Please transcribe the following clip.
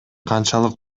канчалык